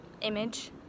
image